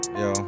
yo